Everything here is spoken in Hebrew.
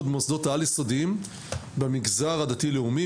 במוסדות העל יסודיים במגזר הדתי לאומי.